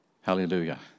Hallelujah